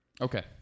okay